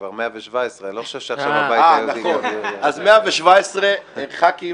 זה כבר 117. אז 117 ח"כים